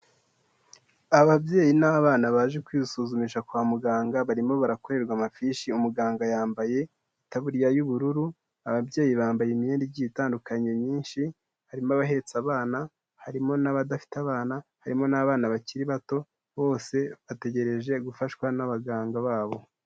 Ababyeyi n'abana baje kwisuzumisha kwa muganga barimo barakorerwa amafishi, umuganga yambaye itaburiya y'ubururu, ababyeyi bambaye imyenda igiye itandukanye myinshi, harimo abahetse abana, harimo n'abadafite abana, harimo n'abana bakiri bato, bose bategereje gufashwa n'abaganga babo.